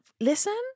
Listen